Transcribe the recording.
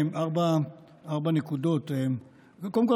ארבע נקודות: קודם כול,